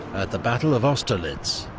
at the battle of austerlitz,